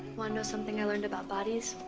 and something i've learned about bodies?